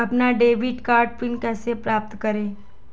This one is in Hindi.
अपना डेबिट कार्ड पिन कैसे प्राप्त करें?